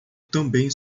também